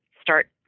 start